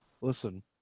Listen